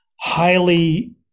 highly